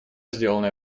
сделанное